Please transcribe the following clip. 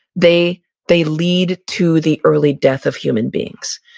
they they lead to the early death of human beings.